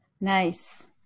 Nice